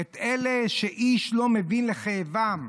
את אלה שאיש לא מבין לכאבם.